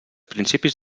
principis